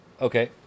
Okay